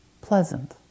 Pleasant